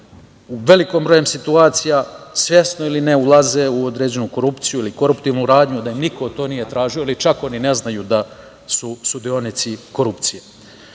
u velikom broju situacija svesno ili ne, ulaze u određenu korupciju ili koruptivnu radnju, da im niko to nije tražio ili čak ne znaju da su učesnici korupcije.